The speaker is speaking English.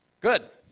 good.